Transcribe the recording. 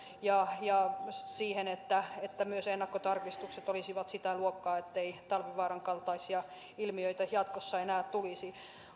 ja ja siihen että että myös ennakkotarkistukset olisivat sitä luokkaa ettei talvivaaran kaltaisia ilmiöitä jatkossa enää tulisi